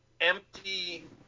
empty